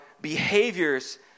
behaviors